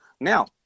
now